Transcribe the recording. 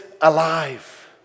alive